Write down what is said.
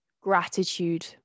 gratitude